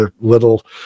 little